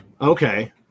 Okay